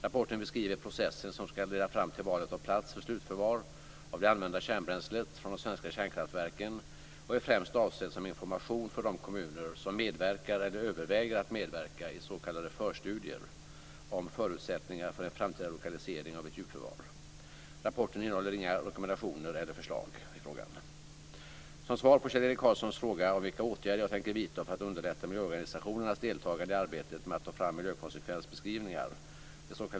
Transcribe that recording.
Rapporten beskriver processen som ska leda fram till valet av plats för slutförvar av det använda kärnbränslet från de svenska kärnkraftverken och är främst avsedd som information för de kommuner som medverkar eller överväger att medverka i s.k. förstudier om förutsättningar för en framtida lokalisering av ett djupförvar. Rapporten innehåller inga rekommendationer eller förslag i frågan. Som svar på Kjell-Erik Karlssons fråga om vilka åtgärder jag tänker vidta för att underlätta miljöorganisationernas deltagande i arbetet med att ta fram miljökonsekvensbeskrivningar, det sk.